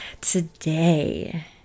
today